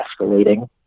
escalating